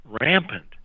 rampant